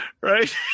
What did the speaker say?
Right